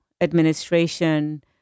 administration